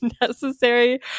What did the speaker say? necessary